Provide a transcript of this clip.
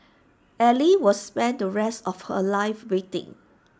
ally will spend the rest of her life waiting